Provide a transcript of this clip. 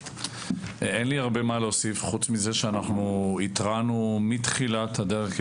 אין לי הרבה מה להוסיף חוץ מהעובדה שהתרענו מתחילת הדרך,